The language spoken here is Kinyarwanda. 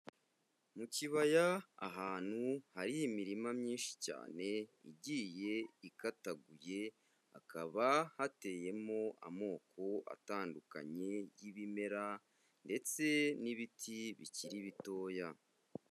Mu kibaya ahantu hari imirima myinshi cyane igiye ikataguye, hakaba hateyemo amoko atandukanye y'ibimera ndetse n'ibiti bikiri bitoya.